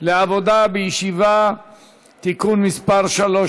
לעבודה בישיבה (תיקון מס' 3),